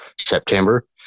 September